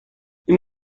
این